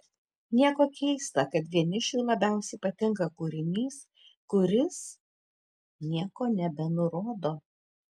nieko keista kad vienišiui labiausiai patinka kūrinys kuris nieko nebenurodo